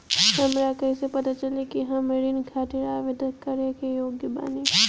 हमरा कईसे पता चली कि हम ऋण खातिर आवेदन करे के योग्य बानी?